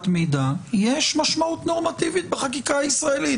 מידע" יש משמעות נורמטיבית בחקיקה הישראלית,